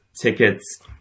tickets